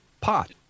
pot